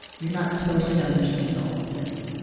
you're not supposed to understand all of this.